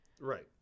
Right